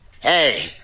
hey